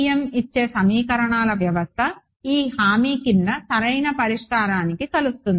FEM ఇచ్చే సమీకరణాల వ్యవస్థ ఈ హామీ కింద సరైన పరిష్కారానికి కలుస్తుంది